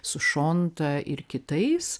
su šonta ir kitais